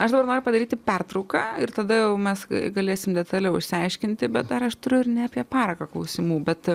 aš dar noriu padaryti pertrauką ir tada jau mes galėsim detaliau išsiaiškinti bet dar aš turiu ir ne apie paraką klausimų bet